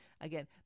Again